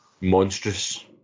monstrous